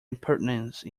impertinence